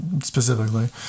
specifically